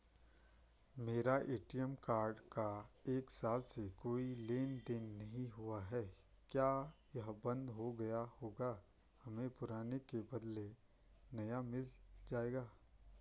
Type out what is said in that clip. मेरा ATM card का एक साल से कोई लेन देन नहीं हुआ है क्या यह बन्द हो गया होगा हमें पुराने के बदलें नया मिल जाएगा?